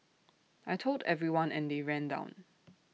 I Told everyone and they ran down